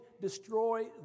destroy